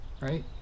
right